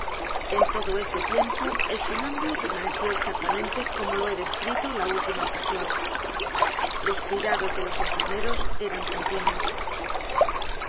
en todo ese tiempo el sonámbulo permaneció exactamente como lo he descrito la última ocasión los euidados de los enfermeros eran continuos